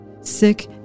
sick